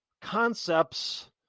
concepts